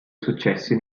successi